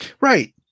Right